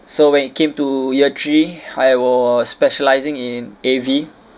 so when it came to year three I was specialising in A_V